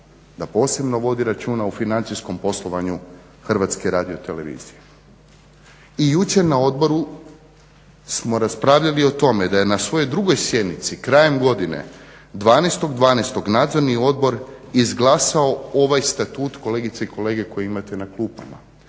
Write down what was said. da posebno vodi računa o financijskom poslovanju HRT-a. i jučer na odboru smo raspravljali o o tome da je na svojoj drugoj sjednici krajem godine 12.12. nadzorni odbor izglasao ovaj statut kolegice i kolege koje imate na klupama